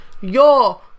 yo